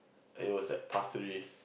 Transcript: it was at Pasir-Ris